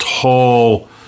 tall